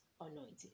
anointed